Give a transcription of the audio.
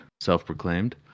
self-proclaimed